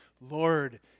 Lord